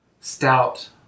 stout